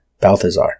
Balthazar